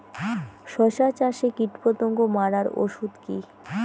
শসা চাষে কীটপতঙ্গ মারার ওষুধ কি?